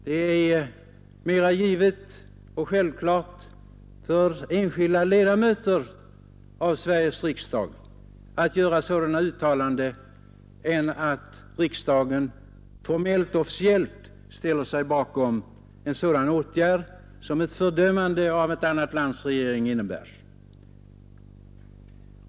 Det är mera i sin ordning för särskilda ledamöter av Sveriges riksdag att göra sådana uttalanden än att riksdagen formellt och officiellt ställer sig bakom en sådan åtgärd som ett fördömande av ett annat lands regering innebär.